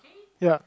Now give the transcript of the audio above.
ya